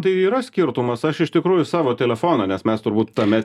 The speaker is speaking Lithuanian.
tai yra skirtumas aš iš tikrųjų savo telefoną nes mes turbūt tame